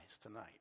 tonight